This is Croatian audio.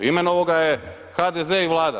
Imenovao ga je HDZ i Vlada.